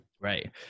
Right